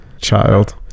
Child